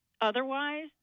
Otherwise